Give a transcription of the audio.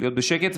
להיות בשקט.